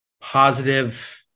positive